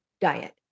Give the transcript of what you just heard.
diet